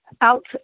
out